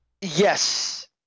yes